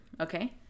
okay